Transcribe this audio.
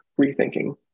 rethinking